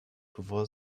bevor